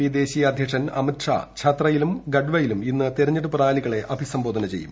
P ദേശീയ president Amit Shah ഛത്രയിലും ഗഡ്വയിലും ഇന്ന് തിരഞ്ഞെടുപ്പ് റാലികളെ അഭിസംബോധന ചെയ്യും